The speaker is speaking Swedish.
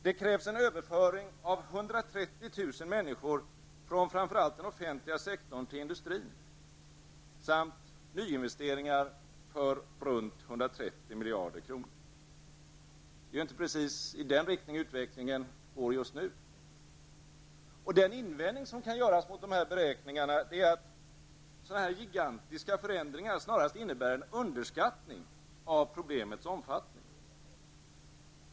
Det krävs en överföring av 130 miljarder kronor. Det är inte precis i den riktningen utvecklingen går just nu. Den invändning som kan göras mot dessa beräkningar är att sådana här gigantiska förändringar snarast innebär en underskattning av problemets omfattning.